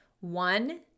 One